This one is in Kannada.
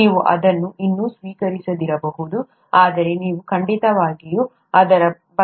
ನೀವು ಅದನ್ನು ಇನ್ನೂ ಸ್ವೀಕರಿಸದಿರಬಹುದು ಆದರೆ ನೀವು ಖಂಡಿತವಾಗಿಯೂ ಅದರ ಬಗ್ಗೆ ಭಾವನೆಯನ್ನು ಹೊಂದಿರುತ್ತೀರಿ